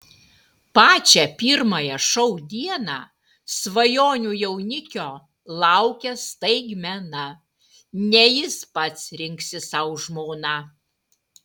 pačią pirmąją šou dieną svajonių jaunikio laukia staigmena ne jis pats rinksis sau žmoną